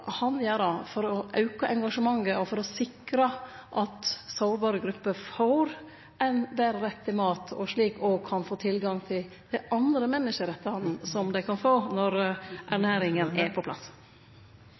han gjere for å auke engasjementet og sikre at sårbare grupper får ein betre rett til mat og slik òg kan få tilgang til andre menneskerettar når ernæringa er på plass? Når